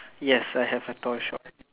yes I have a toy shop